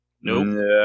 Nope